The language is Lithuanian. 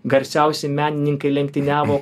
garsiausi menininkai lenktyniavo